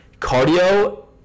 cardio